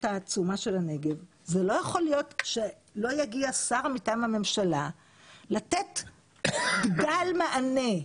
העצומה של הנגב שלא יגיע שר מטעם הממשלה לתת בדל מענה,